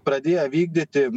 pradėję vykdyti